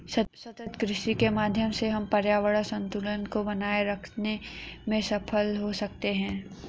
सतत कृषि के माध्यम से हम पर्यावरण संतुलन को बनाए रखते में सफल हो सकते हैं